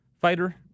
fighter